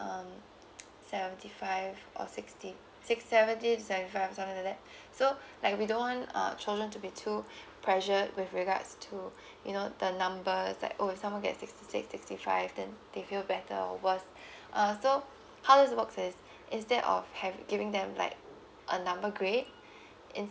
um seventy five or sixty six seventy or seventy five or something like that so like we don't want uh children to be too pressured with regards to you know the numbers that oh someone gets sixty six sixty five then they feel better or worse uh so how this works is instead of having giving them like a number grade in